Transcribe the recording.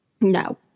No